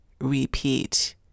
repeat